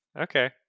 Okay